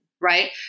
right